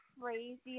crazy